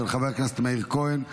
של חבר הכנסת מאיר כהן,